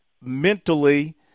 Mentally